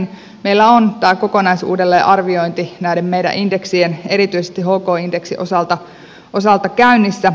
meillä on tämä kokonaisuuden arviointi näiden meidän indeksiemme erityisesti hk indeksin osalta käynnissä